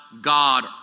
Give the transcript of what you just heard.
God